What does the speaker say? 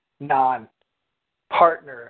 non-partner